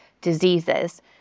diseases